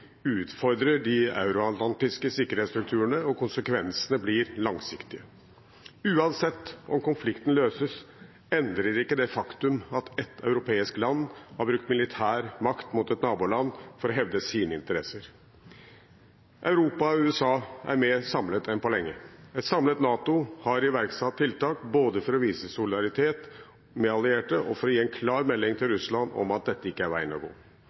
utfordrer de euroatlantiske sikkerhetsstrukturene, og konsekvensene blir langsiktige. Uansett om konflikten løses, endrer ikke det det faktum at ett europeisk land har brukt militær makt mot et naboland for å hevde sine interesser. Europa og USA er mer samlet enn på lenge. Et samlet NATO har iverksatt tiltak både for å vise solidaritet med allierte og for å gi en klar melding til Russland om at dette ikke er veien å gå.